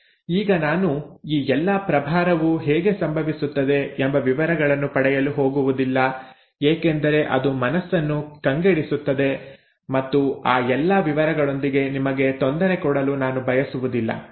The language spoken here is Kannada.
ಈಗ ನಾನು ಈ ಎಲ್ಲಾ ಪ್ರಭಾರವು ಹೇಗೆ ಸಂಭವಿಸುತ್ತದೆ ಎಂಬ ವಿವರಗಳನ್ನು ಪಡೆಯಲು ಹೋಗುವುದಿಲ್ಲ ಏಕೆಂದರೆ ಅದು ಮನಸ್ಸನ್ನು ಕಂಗೆಡಿಸುತ್ತದೆ ಮತ್ತು ಆ ಎಲ್ಲ ವಿವರಗಳೊಂದಿಗೆ ನಿಮಗೆ ತೊಂದರೆ ಕೊಡಲು ನಾನು ಬಯಸುವುದಿಲ್ಲ